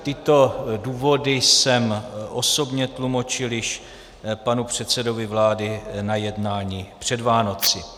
Tyto důvody jsem osobně tlumočil již panu předsedovi vlády na jednání před Vánoci.